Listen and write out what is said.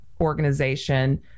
organization